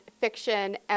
fiction